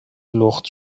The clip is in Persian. لخت